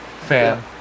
fan